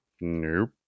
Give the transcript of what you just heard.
nope